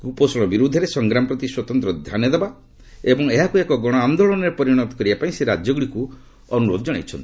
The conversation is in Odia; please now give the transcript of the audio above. କୁପୋଷଣ ବିରୋଧରେ ସଂଗ୍ରାମ ପ୍ରତି ସ୍ୱତନ୍ତ ଧ୍ୟାନ ଦେବା ଏବଂ ଏହାକୁ ଏକ ଗଣ ଆନ୍ଦୋଳନରେ ପରିଣତ କରିବାପାଇଁ ସେ ରାଜ୍ୟଗୁଡ଼ିକୁ ଅନୁରୋଧ କରିଛନ୍ତି